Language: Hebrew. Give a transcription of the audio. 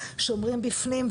שומרים בפנים,